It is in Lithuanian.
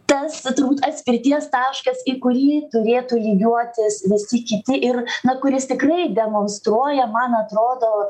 tas turbūt atspirties taškas į kurį turėtų lygiuotis visi kiti ir na kuris tikrai demonstruoja man atrodo